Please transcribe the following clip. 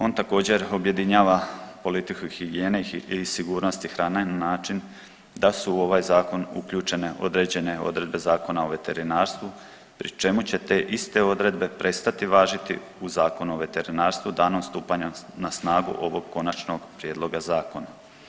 On također objedinjava politiku higijene i sigurnosti hrane na način da su u ovaj zakon uključene određene odredbe Zakona o veterinarstvu pri čemu će te iste odredbe prestati važiti u Zakonu o veterinarstvu danom stupanja na snagu ovog konačnog prijedloga zakona.